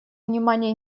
внимание